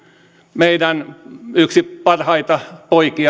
meidän yksi parhaita